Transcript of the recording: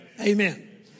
Amen